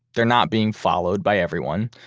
they're not being followed by everyone,